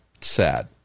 sad